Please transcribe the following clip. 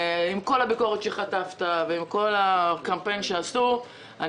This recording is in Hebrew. עם כל הביקורת שחטפת וכל הקמפיין שעשו אני